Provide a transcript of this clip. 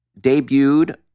debuted